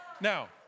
Now